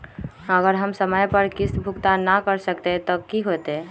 अगर हम समय पर किस्त भुकतान न कर सकवै त की होतै?